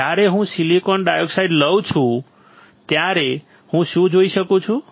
જ્યારે હું silicon dioxide લઉં છું ત્યારે હું શું જોઈ શકું છું